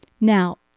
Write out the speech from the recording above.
Now